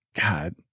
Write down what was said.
god